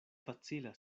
facila